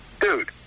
dude